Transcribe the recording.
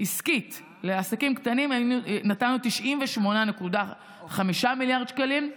עסקית לעסקים קטנים נתנו 98.5 מיליארד שקלים,